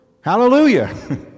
Hallelujah